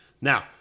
Now